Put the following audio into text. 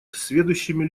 сведущими